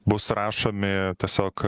bus rašomi tiesiog